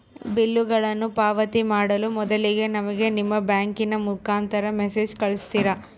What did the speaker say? ಬಿಲ್ಲುಗಳನ್ನ ಪಾವತಿ ಮಾಡುವ ಮೊದಲಿಗೆ ನಮಗೆ ನಿಮ್ಮ ಬ್ಯಾಂಕಿನ ಮುಖಾಂತರ ಮೆಸೇಜ್ ಕಳಿಸ್ತಿರಾ?